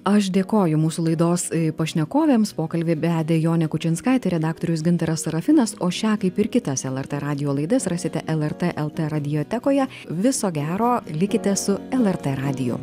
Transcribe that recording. aš dėkoju mūsų laidos pašnekovėms pokalbį vedė jonė kučinskaitė redaktorius gintaras serafinas o šią kaip ir kitas lrt radijo laidas rasite lrt lt radiotekoje viso gero likite su lrt radiju